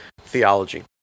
theology